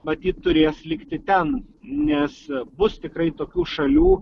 matyt turės likti ten nes bus tikrai tokių šalių